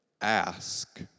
ask